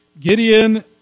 Gideon